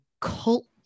cult